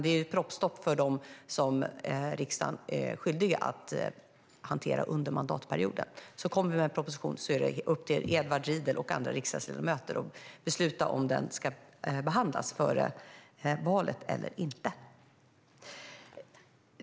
Det är proppstopp för propositioner som riksdagen är skyldig att hantera under mandatperioden. Kommer vi med en proposition är det upp till Edward Riedl och andra riksdagsledamöter att besluta om den ska behandlas före valet eller inte.